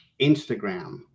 Instagram